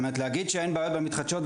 להגיד שאין בעיות מתחדשות,